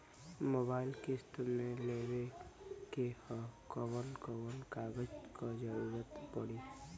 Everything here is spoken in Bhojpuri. मोबाइल किस्त मे लेवे के ह कवन कवन कागज क जरुरत पड़ी?